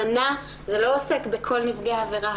זה לא עוסק בכל נפגעי העבירה.